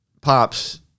pops